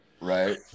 Right